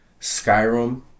Skyrim